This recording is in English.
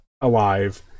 alive